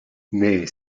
mais